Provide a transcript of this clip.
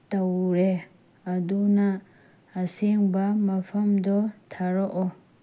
ꯇꯧꯔꯦ ꯑꯗꯨꯅ ꯑꯁꯦꯡꯕ ꯃꯐꯝꯗꯣ ꯊꯥꯔꯛꯑꯣ